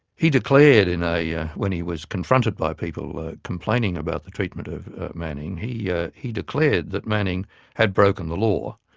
he declared and yeah when he was confronted by people complaining about the treatment of manning, he ah he declared that manning had broken the law.